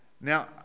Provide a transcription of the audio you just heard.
Now